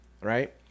right